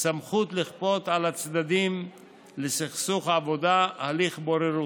סמכות לכפות על הצדדים לסכסוך עבודה הליך בוררות.